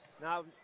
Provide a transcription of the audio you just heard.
Now